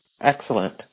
Excellent